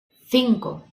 cinco